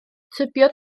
tybiodd